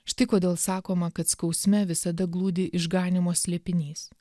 štai kodėl sakoma kad skausme visada glūdi išganymo slėpinys